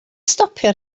stopio